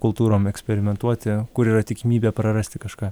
kultūrom eksperimentuoti kur yra tikimybė prarasti kažką